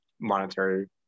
monetary